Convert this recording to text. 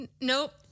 Nope